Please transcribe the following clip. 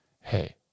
hey